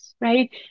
right